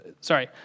Sorry